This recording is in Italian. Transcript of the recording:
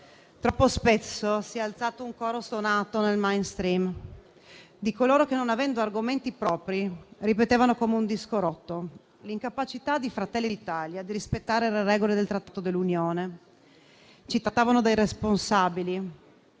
troppo spesso si è alzato un coro stonato, nel *mainstream*, di coloro che, non avendo argomenti propri, ripetevano come un disco rotto l'incapacità di Fratelli d'Italia di rispettare le regole del Trattato dell'Unione. Ci trattavano da irresponsabili,